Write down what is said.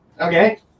Okay